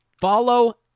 follow